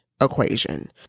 equation